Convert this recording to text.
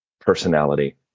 personality